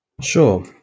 Sure